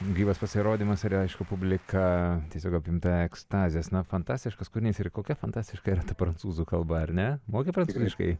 gyvas pasirodymas ir aišku publika tiesiog apimta ekstazės na fantastiškas kūrinys ir kokia fantastiška yra prancūzų kalba ar ne moki prancūziškai